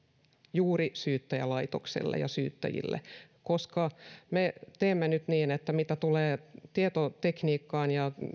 juuri syyttäjälaitokselle ja syyttäjille koska me teemme nyt niin että mitä tulee tietotekniikkaan ja